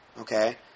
Okay